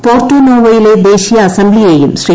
Porto നോവോയിലെ ദേശീയ അസംബ്ലിയേയും ശ്രീ